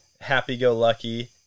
happy-go-lucky